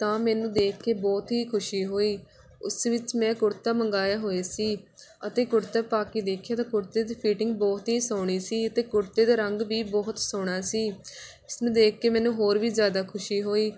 ਤਾਂ ਮੈਨੂੰ ਦੇਖ ਕੇ ਬਹੁਤ ਹੀ ਖੁਸ਼ੀ ਹੋਈ ਉਸ ਵਿੱਚ ਮੈਂ ਕੁੜਤਾ ਮੰਗਾਏ ਹੋਏ ਸੀ ਅਤੇ ਕੁੜਤੇ ਪਾ ਕੇ ਦੇਖਿਆ ਤਾਂ ਕੁੜਤੇ ਦੀ ਫੀਟਿੰਗ ਬਹੁਤ ਹੀ ਸੋਹਣੀ ਸੀ ਅਤੇ ਕੁੜਤੇ ਦਾ ਰੰਗ ਵੀ ਬਹੁਤ ਸੋਹਣਾ ਸੀ ਉਸ ਨੂੰ ਦੇਖ ਕੇ ਮੈਨੂੰ ਹੋਰ ਵੀ ਜ਼ਿਆਦਾ ਖੁਸ਼ੀ ਹੋਈ